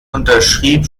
unterschrieb